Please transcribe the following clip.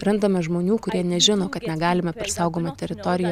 randame žmonių kurie nežino kad negalima per saugomą teritoriją